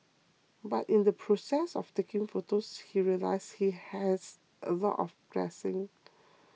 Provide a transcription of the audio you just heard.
but in the process of taking photos he realised he had a lot of blessings